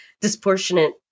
disproportionate